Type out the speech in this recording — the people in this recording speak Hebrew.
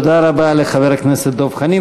תודה רבה לחבר הכנסת דב חנין.